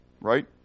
right